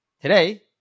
Today